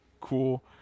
cool